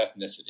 ethnicity